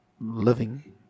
living